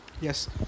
Yes